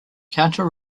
counter